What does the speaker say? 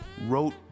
wrote